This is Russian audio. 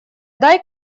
дай